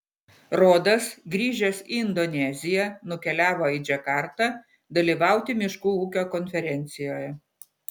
rodas grįžęs į indoneziją nukeliavo į džakartą dalyvauti miškų ūkio konferencijoje